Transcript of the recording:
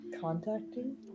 contacting